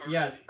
Yes